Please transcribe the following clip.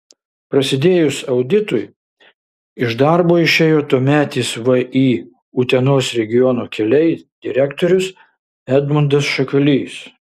prasidėjus auditui iš darbo išėjo tuometis vį utenos regiono keliai direktorius edmundas šakalys